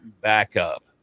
backup